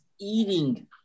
eating